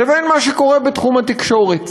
לבין מה שקורה בתחום התקשורת.